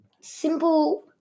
simple